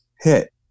hit